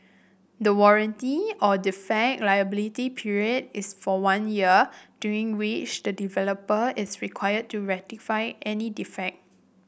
the warranty or defect liability period is for one year during which the developer is required to rectify any defect